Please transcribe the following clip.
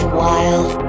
wild